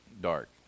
dark